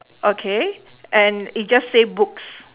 okay and it just say books